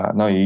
no